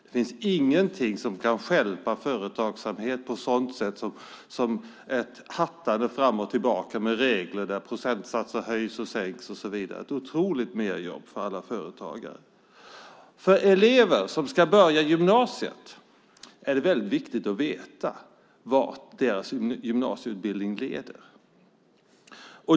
Det finns inget som kan stjälpa företagsamhet så som ett hattande fram och tillbaka med regler där procentsatser höjs och sänks och så vidare. Det medför ett otroligt merjobb för alla företagare. För elever som ska börja gymnasiet är det viktigt att veta vart deras gymnasieutbildning leder.